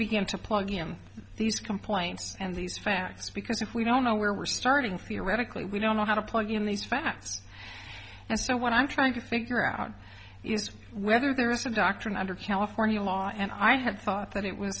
begin to plug him these complaints and these facts because if we don't know where we're starting theoretically we don't know how to plug in these facts and so what i'm trying to figure out is whether there is a doctrine under california law and i had thought that it was